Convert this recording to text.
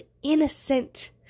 innocent